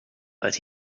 but